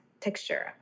texture